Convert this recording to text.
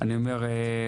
אני אומר,